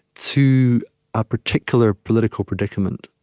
to a particular political predicament